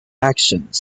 actions